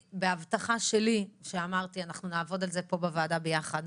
בהבטחה שלי אמרתי שאנחנו נעבוד על זה פה בוועדה ביחד,